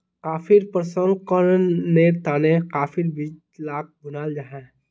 कॉफ़ीर प्रशंकरनेर तने काफिर बीज लाक भुनाल जाहा